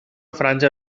franja